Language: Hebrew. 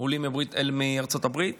עולים מארצות הברית